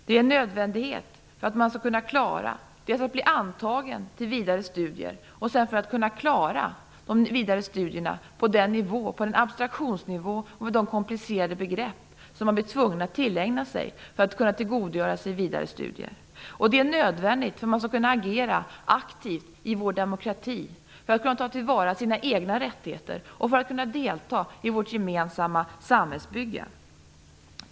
Det är en nödvändighet för att man skall bli antagen till vidare studier och för att man skall klara de vidare studierna på den abstraktionsnivå och med de komplicerade begrepp som man blir tvungen att tillägna sig för att kunna tillgodogöra sig vidare studier. Det är nödvändigt för att man skall kunna agera aktivt för att ta till vara sina egna rättigheter i vår demokrati och för att man skall kunna delta i vårt gemensamma samhällsbygge.